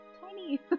Tiny